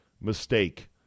mistake